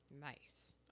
Nice